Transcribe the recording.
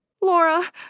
Laura